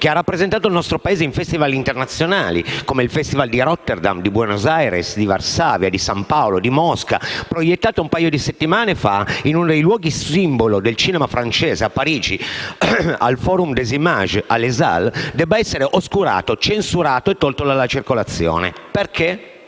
che ha rappresentato il nostro Paese in festival internazionali come i festival di Rotterdam, Buenos Aires, Varsavia, San Paolo, e Mosca, proiettato un paio di settimane fa in uno dei luoghi simboli del cinema francese a Parigi, al Forum des images a Les Halles - debba essere oscurato, censurato e tolto dalla circolazione. Perché,